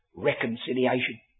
Reconciliation